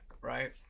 right